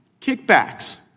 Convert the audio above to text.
kickbacks